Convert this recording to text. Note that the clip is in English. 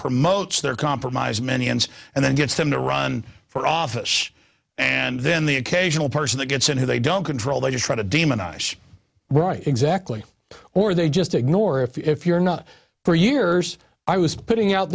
promotes their compromise many ends and then gets them to run for office and then the occasional person that gets in who they don't control they try to demonize right exactly or they just ignore if you're not for years i was putting out